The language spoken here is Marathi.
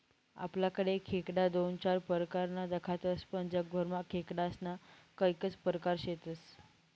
आपलाकडे खेकडा दोन चार परकारमा दखातस पण जगभरमा खेकडास्ना कैकज परकार शेतस